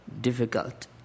difficult